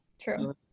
True